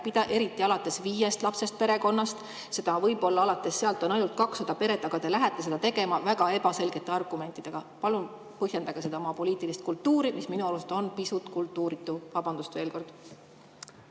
kärpida, eriti alates viiest lapsest perekonnas. Selliseid võib-olla on ainult 200 peret. Ja te lähete seda tegema väga ebaselgete argumentidega. Palun põhjendage oma poliitilist kultuuri, mis minu arust on pisut kultuuritu. Vabandust veel kord!